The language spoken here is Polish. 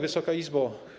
Wysoka Izbo!